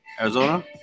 Arizona